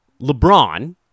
LeBron